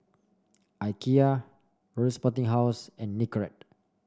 Ikea Royal Sporting House and Nicorette